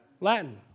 Latin